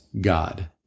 God